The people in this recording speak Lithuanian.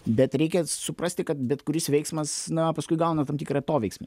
bet reikia suprasti kad bet kuris veiksmas na paskui gauna tam tikrą atoveiksmį